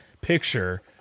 picture